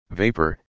Vapor